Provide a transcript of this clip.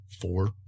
four